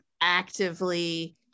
actively